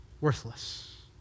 worthless